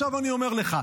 עכשיו אני אומר לך,